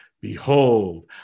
behold